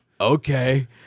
Okay